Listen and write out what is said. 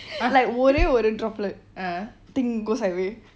like ஒரே ஒரு:orae oru droplet thing go sideway